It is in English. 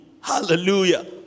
Hallelujah